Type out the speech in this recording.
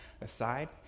aside